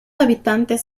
habitantes